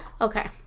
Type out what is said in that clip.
Okay